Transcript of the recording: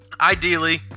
ideally